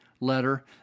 letter